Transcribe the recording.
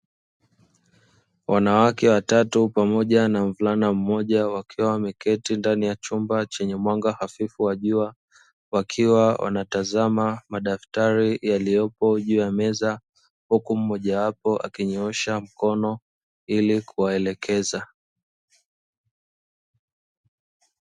Wanawake watatu pamoja na mvulana mmoja wakiwa wameketi ndani ya chumba chenye mwanga hafifu wa jua, wakiwa wanatazama madaftari yaliyopo juu ya meza ; huku mmoja wapo akinyoosha mkono ili kuwaelekeza.